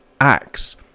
Acts